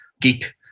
geek